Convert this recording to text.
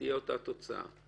תהיה אותה תוצאה.